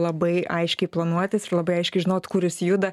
labai aiškiai planuotis ir labai aiškiai žinot kur jis juda